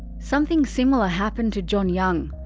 something similar happened to john young.